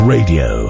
Radio